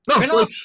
No